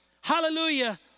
Hallelujah